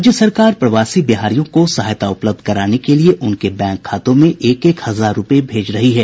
राज्य सरकार प्रवासी बिहारियों को सहायता उपलब्ध कराने के लिए उनके बैंक खातों में एक एक हजार रूपये भेज रही है